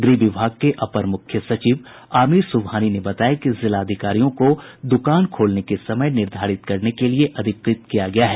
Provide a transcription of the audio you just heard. गृह विभाग के अपर मुख्य सचिव आमीर सुबहानी ने बताया कि जिलाधिकारियों को दुकान खोलने के समय निर्धारित करने के लिये अधिकृत किया गया है